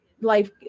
life